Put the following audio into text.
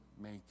make